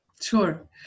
Sure